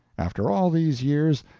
after all these years,